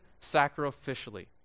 sacrificially